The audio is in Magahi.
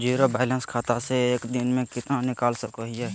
जीरो बायलैंस खाता से एक दिन में कितना निकाल सको है?